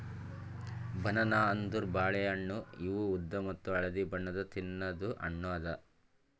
banana ಅಂದುರ್ ಬಾಳೆ ಹಣ್ಣ ಇವು ಉದ್ದ ಮತ್ತ ಹಳದಿ ಬಣ್ಣದ್ ತಿನ್ನದು ಹಣ್ಣು ಅದಾ